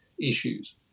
issues